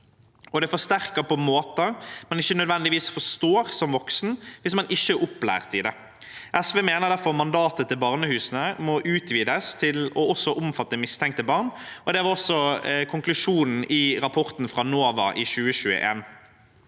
det forsterkes på måter man ikke nødvendigvis forstår som voksen, hvis man ikke er opplært i det. SV mener derfor mandatet til barnehusene må utvides til også å omfatte mistenkte barn. Det var også konklusjonen i rapporten fra NOVA i 2021.